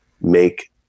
make